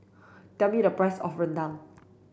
tell me the price of Rendang